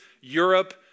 Europe